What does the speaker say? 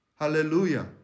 Hallelujah